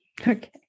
Okay